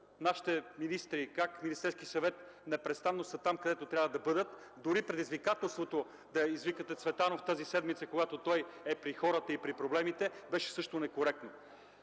нашите министри, как Министерският съвет непрестанно са там, където трябва да бъдат. (Реплики от ДПС.) Дори предизвикателството да извикате Цветанов тази седмица, когато той е при хората и при проблемите, беше също некоректна.